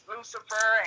Lucifer